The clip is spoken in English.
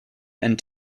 and